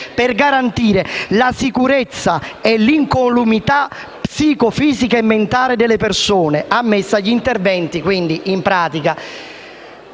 per garantire la sicurezza e l'incolumità psicofisica e mentale delle persone, ammesse agli interventi